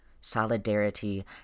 Solidarity